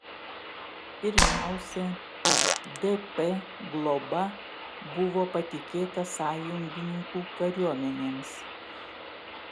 pirmiausia dp globa buvo patikėta sąjungininkų kariuomenėms